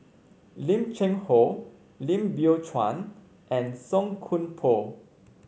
Lim Cheng Hoe Lim Biow Chuan and Song Koon Poh